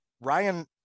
Ryan